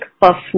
puff